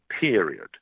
period